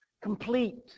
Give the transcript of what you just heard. complete